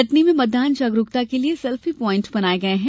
कटनी में मतदान जागरूकता के लिये सेल्फी पाइंट बनाया गया है